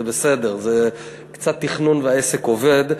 זה בסדר, קצת תכנון והעסק עובד.